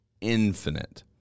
infinite